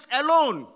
alone